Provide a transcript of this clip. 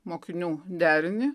mokinių derinį